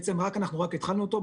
בעצם אנחנו רק התחלנו אותו.